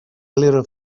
little